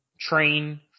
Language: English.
train